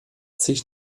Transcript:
sich